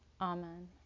amen